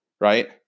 Right